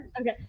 Okay